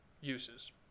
uses